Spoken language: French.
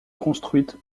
construite